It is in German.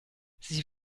sie